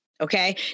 okay